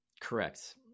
correct